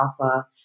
Alpha